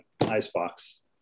Icebox